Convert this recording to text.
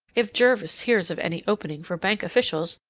if jervis hears of any opening for bank officials,